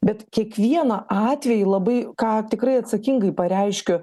bet kiekvieną atvejį labai ką tikrai atsakingai pareiškiu